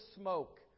smoke